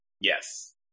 Yes